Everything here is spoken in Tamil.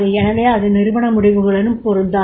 எனவே அது நிறுவனமுடிவுகளுடன் பொருந்தாது